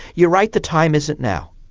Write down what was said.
you're right, the time isn't now.